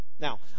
Now